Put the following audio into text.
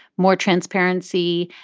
more transparency,